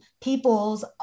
people's